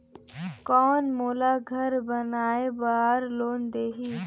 कौन मोला घर बनाय बार लोन देही?